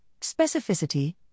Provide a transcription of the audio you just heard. specificity